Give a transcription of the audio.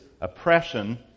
oppression